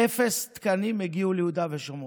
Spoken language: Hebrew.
אפס תקנים הגיעו ליהודה ושומרון.